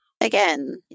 Again